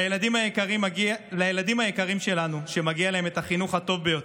לילדים היקרים שלנו, שמגיע להם החינוך הטוב ביותר,